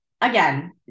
again